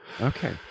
Okay